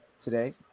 today